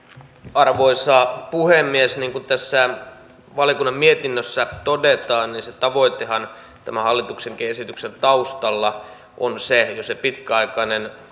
arvoisa puhemies niin kuin tässä valiokunnan mietinnössä todetaan se tavoitehan tämän hallituksen esityksenkin taustalla on se jo pitkäaikainen